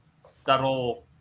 subtle